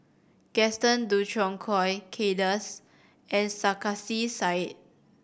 Gaston Dutronquoy Kay Das and Sarkasi Said